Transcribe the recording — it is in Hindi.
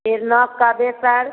फ़िर नाक का बेसर